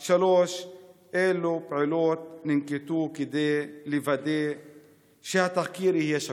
3. אילו פעולות ננקטות כדי לוודא שהתחקיר יהיה שקוף?